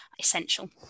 essential